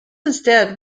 instead